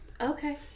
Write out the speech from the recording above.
Okay